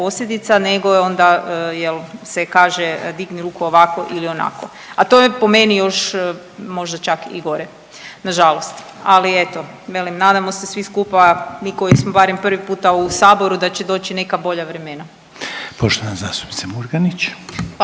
nego je onda se kaže digni ruku ovako ili onako, a to je po meni još možda čak i gore, nažalost. Ali eto velim nadamo se svi skupa mi koji smo barem prvi puta u Saboru da će doći neka bolja vremena. **Reiner,